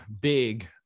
big